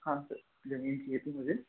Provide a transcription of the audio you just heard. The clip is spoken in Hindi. हाँ सर जमीन चाहिए थी मुझे